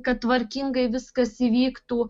kad tvarkingai viskas įvyktų